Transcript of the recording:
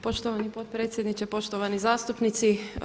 Poštovani potpredsjedniče, poštovani zastupnici.